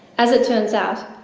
as it turns out,